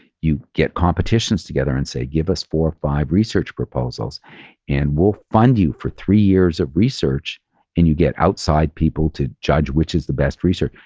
you get competitions together and say give us four or five research proposals and we'll fund you for three years of research and you get outside people to judge, which is the best research.